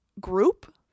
group